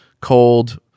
cold